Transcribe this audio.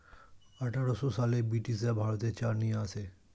আঠারোশো সালে ব্রিটিশরা ভারতে চা নিয়ে আসে